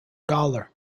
gawler